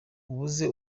abuze